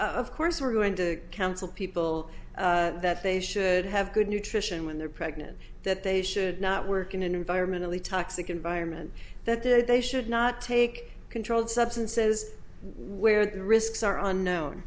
of of course we're going to counsel people that they should have good nutrition when they're pregnant that they should not work in an environmentally toxic environment that did they should not take controlled substances where the the risks are unknown